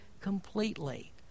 completely